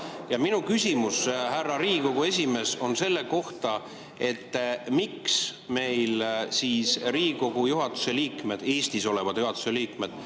Minu küsimus, härra Riigikogu esimees, selle kohta on see, miks siis Riigikogu juhatuse liikmed, Eestis olevad juhatuse liikmed,